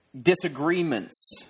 disagreements